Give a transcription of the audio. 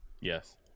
yes